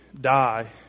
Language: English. die